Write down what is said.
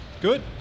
Good